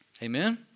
Amen